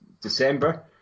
December